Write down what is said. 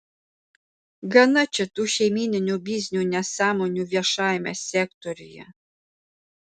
gana čia tų šeimyninių biznių nesąmonių viešajame sektoriuje